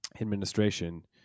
administration